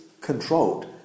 controlled